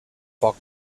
poc